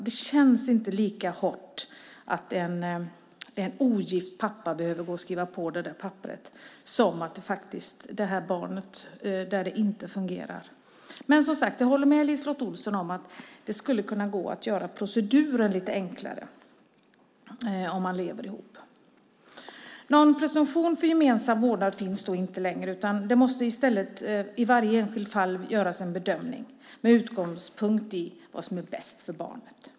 Det känns inte lika hårt att en ogift pappa behöver gå och skriva på det där papperet som när man tänker på det barn där det inte fungerar. Men jag håller med LiseLotte Olsson om att det skulle kunna gå att göra proceduren lite enklare om man lever ihop. Någon presumtion för gemensam vårdnad finns inte längre. Det måste i stället i varje enskilt fall göras en bedömning med utgångspunkt i vad som är bäst för barnet.